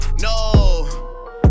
no